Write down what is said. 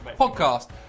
podcast